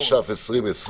התש"ף-2020